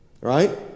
Right